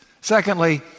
Secondly